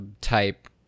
type